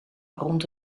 rond